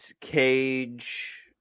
cage